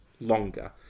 longer